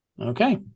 Okay